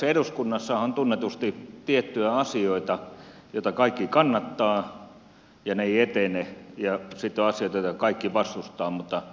eduskunnassa on tunnetusti tiettyjä asioita joita kaikki kannattavat mutta jotka eivät etene ja sitten on asioita joita kaikki vastustavat mutta ne etenevät